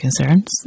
concerns